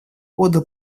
года